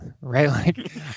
right